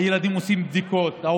הילדים עושים בדיקות,